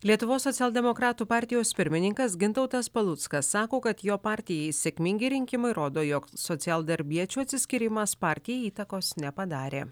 lietuvos socialdemokratų partijos pirmininkas gintautas paluckas sako kad jo partijai sėkmingi rinkimai rodo jog socialdarbiečių atsiskyrimas partijai įtakos nepadarė